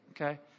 Okay